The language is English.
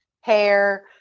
hair